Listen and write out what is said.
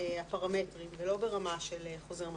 הפרמטרים, ולא ברמה של חוזר מנכ"ל.